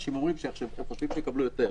אנשים אומרים שהם חושבים שהם יקבלו יותר.